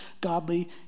godly